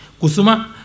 Kusuma